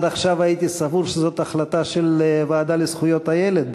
עד עכשיו הייתי סבור שזאת החלטה של הוועדה לזכויות הילד,